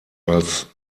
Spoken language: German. als